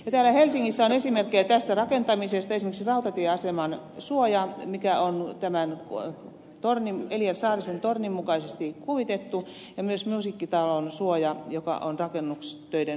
täällä helsingissä on esimerkkejä tästä rakentamisesta esimerkiksi rautatieaseman suoja joka on tämän eliel saarisen tornin mukaisesti kuvitettu ja myös musiikkitalon suoja joka on rakennustöiden suojana